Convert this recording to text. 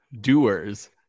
doers